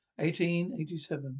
1887